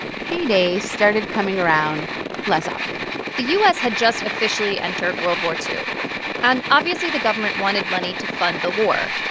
payday started coming around less often the u s. had just officially entered world war and obviously, the government wanted money to fund the war.